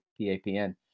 PAPN